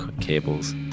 cables